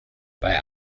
bei